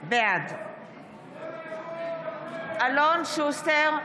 בעד אלון שוסטר,